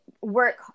work